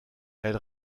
elle